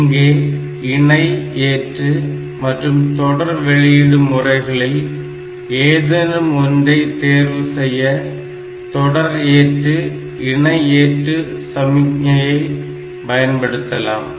இங்கே இணை ஏற்று மற்றும் தொடர் வெளியீடு முறைகளில் ஏதேனும் ஒன்றை தேர்வு செய்ய தொடர் ஏற்று இணை ஏற்று சமிக்ஞையை பயன்படுத்தலாம்